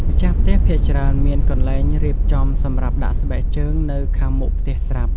ម្ចាស់ផ្ទះភាគច្រើនមានកន្លែងរៀបចំសម្រាប់ដាក់ស្បែកជើងនៅខាងមុខផ្ទះស្រាប់។